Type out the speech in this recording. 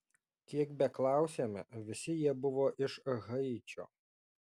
kiek beklausėme visi jie buvo iš haičio